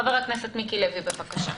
חבר הכנסת מיקי לוי, בבקשה.